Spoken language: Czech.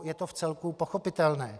Je to vcelku pochopitelné.